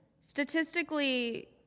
Statistically